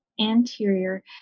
anterior